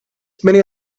many